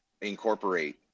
incorporate